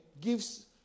gives